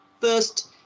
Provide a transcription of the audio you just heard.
first